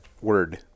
word